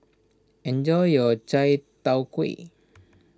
enjoy your Chai Tow Kway